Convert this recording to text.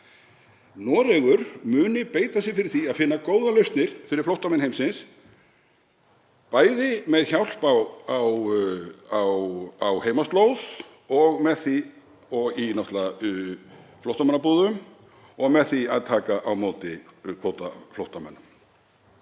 Noregur muni beita sér fyrir því að finna góðar lausnir fyrir flóttamenn heimsins með hjálp á heimaslóð, í flóttamannabúðum náttúrlega og með því að taka á móti kvótaflóttamönnum.